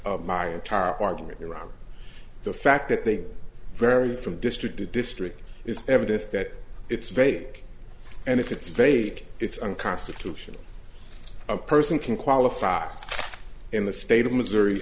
of my entire argument around the fact that they vary from district to district is evidence that it's vague and if it's vague it's unconstitutional a person can qualify in the state of missouri